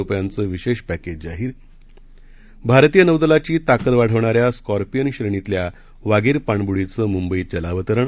रुपयांचं विशेष पॅकेज जाहीर भारतीय नौदलाची ताकद वाढवणाऱ्या स्कॉर्पीअन श्रेणीतल्या वागीर पाणब्डीचं मुंबईत जलावतरण